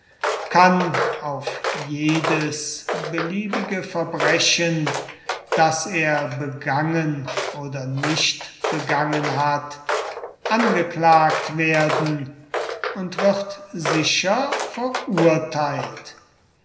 kann auf jedes beliebige verbrechen das er begangen oder nicht begangen hat angeklagt werden und wird sicher verurteilt